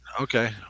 Okay